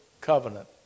covenant